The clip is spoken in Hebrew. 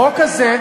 החוק הזה,